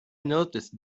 noticed